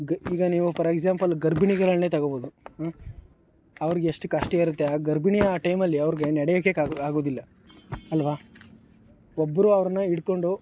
ಗ್ ಈಗ ನೀವು ಫಾರ್ ಎಕ್ಸಾಂಪಲ್ ಗರ್ಭಿಣಿಗಳನ್ನೇ ತಗೊಳ್ಬೋದು ಅವ್ರಿಗೆ ಎಷ್ಟು ಕಷ್ಟ ಇರುತ್ತೆ ಆ ಗರ್ಭಿಣಿ ಆ ಟೈಮಲ್ಲಿ ಅವ್ರಿಗೆ ನಡೆಯೋಕ್ಕೆ ಹಾಗೆ ಆಗುವುದಿಲ್ಲ ಅಲ್ವ ಒಬ್ಬರು ಅವರನ್ನ ಹಿಡ್ಕೊಂಡು